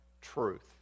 truth